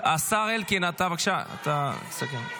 השר אלקין, בבקשה, אתה מסכם.